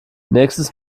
nächstes